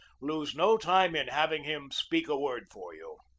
lose no time in having him speak a word for you.